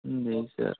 जी sir